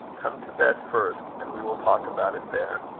come to bed first, and we will talk about it there.